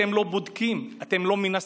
אתם לא בודקים, אתם לא מנסים,